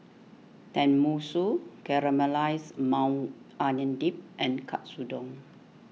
Tenmusu Caramelized Maui Onion Dip and Katsudon